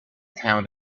town